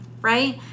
right